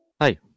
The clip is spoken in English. Hi